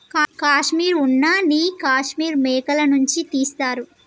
కాశ్మీర్ ఉన్న నీ కాశ్మీర్ మేకల నుంచి తీస్తారు